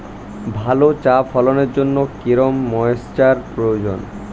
ভালো চা ফলনের জন্য কেরম ময়স্চার প্রয়োজন?